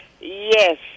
yes